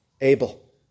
Abel